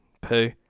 poo